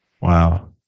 wow